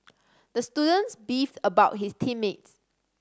the students beefed about his team mates